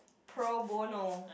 pro bono